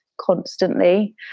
constantly